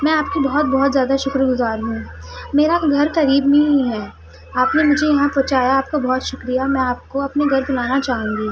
میں آپ کی بہت بہت زیادہ شکرگزار ہوں میرا گھر قریب میں ہی ہے آپ نے مجھے یہاں پہنچایا آپ کا بہت شکریہ میں آپ کو اپنے گھر بلانا چاہوں گی